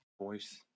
voice